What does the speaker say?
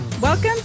Welcome